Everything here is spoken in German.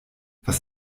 was